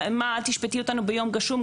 אל תשפטי אותנו ביום גשום,